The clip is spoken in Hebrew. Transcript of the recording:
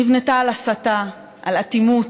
נבנתה על הסתה, על אטימות,